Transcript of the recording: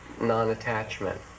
non-attachment